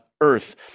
earth